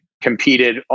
competed